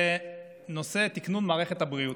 נושא תקנון מערכת הבריאות.